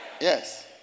yes